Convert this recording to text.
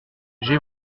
j’ai